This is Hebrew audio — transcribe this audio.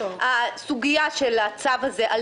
הסוגיה של הצו הזה,